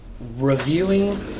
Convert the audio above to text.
Reviewing